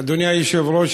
אדוני היושב-ראש,